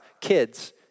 Kids